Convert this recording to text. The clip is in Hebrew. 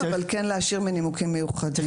אבל כן להשאיר "מנימוקים מיוחדים".